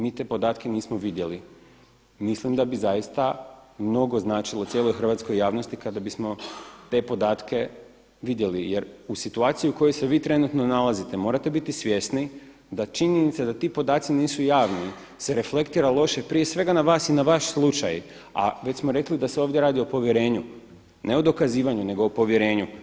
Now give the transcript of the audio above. Mi te podatke nismo vidjeli, mislim da bi zaista mnogo značilo cijeloj hrvatskoj javnosti kada bismo te podatke vidjeli jer u situaciji u kojoj se vi trenutno nalazite morate biti svjesni da činjenica da ti podaci javni se reflektira loše prije svega na vas i na vaš slučaj, a već smo rekli da se ovdje radi o povjerenju, ne o dokazivanju nego o povjerenju.